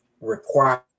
require